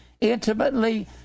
intimately